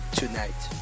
tonight